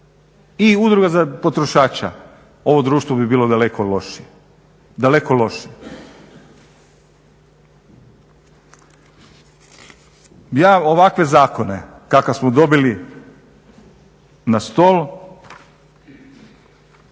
i udruga za potrošača, ovo društvo bi bilo daleko lošije, daleko lošije. Ja ovakve zakone kakav smo dobili na stol